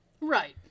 Right